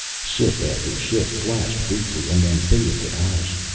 ship after ship flashed briefly and then faded to ash.